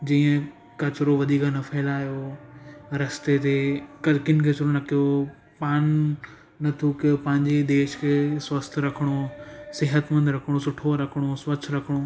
जीअं किचिरो वधीक न फैलायो रस्ते ते करकिन खे शुरू न कयो पान न थूकियो पंहिंजे देश खे स्वस्थ रखणो सेहतमंद रखणो सुठो रखिणो स्वच्छ रखिणो